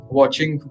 watching